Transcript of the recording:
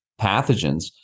pathogens